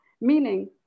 Meaning